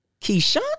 Keyshawn